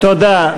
תודה.